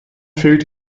fehlt